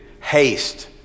haste